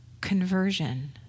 conversion